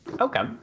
Okay